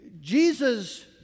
Jesus